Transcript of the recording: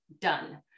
done